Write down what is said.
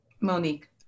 monique